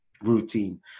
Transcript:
routine